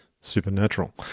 supernatural